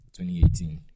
2018